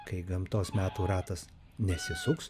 kai gamtos metų ratas nesisuks